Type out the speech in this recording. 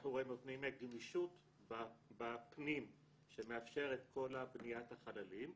אנחנו נותנים גמישות בפנים שמאפשרת את כל בניית החללים.